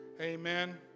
Amen